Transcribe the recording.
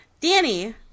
Danny